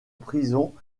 prison